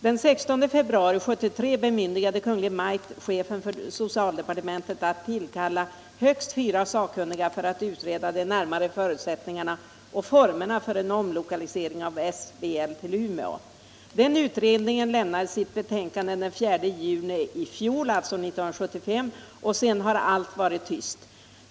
Den 16 februari 1973 bemyndigade Kungl. Maj:t chefen för socialdepartementet att tillkalla högst fyra sakkunniga för att utreda de närmare förutsättningarna och formerna för omlokalisering av SBL till Umeå. Utredningen lämnade sitt betänkande den 4 juni 1975, och sedan har allt varit tyst.